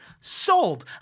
sold